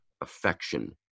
affection